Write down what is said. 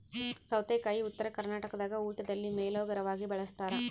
ಸೌತೆಕಾಯಿ ಉತ್ತರ ಕರ್ನಾಟಕದಾಗ ಊಟದಲ್ಲಿ ಮೇಲೋಗರವಾಗಿ ಬಳಸ್ತಾರ